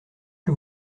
que